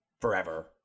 forever